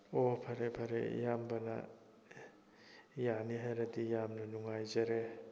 ꯑꯣ ꯐꯔꯦ ꯐꯔꯦ ꯏꯌꯥꯝꯕꯅ ꯌꯥꯅꯤ ꯍꯥꯏꯔꯗꯤ ꯌꯥꯝꯅ ꯅꯨꯡꯉꯥꯏꯖꯔꯦ